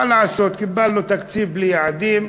מה לעשות קיבלנו תקציב בלי יעדים.